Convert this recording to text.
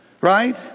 Right